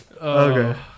Okay